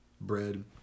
bread